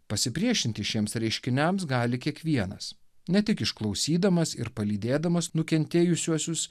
pasipriešinti šiems reiškiniams gali kiekvienas ne tik išklausydamas ir palydėdamas nukentėjusiuosius